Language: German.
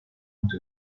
und